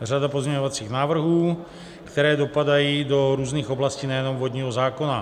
řada pozměňovacích návrhů, které dopadají do různých oblastí, nejenom vodního zákona.